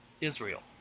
Israel